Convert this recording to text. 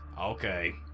Okay